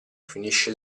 finisce